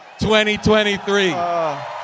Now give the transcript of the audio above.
2023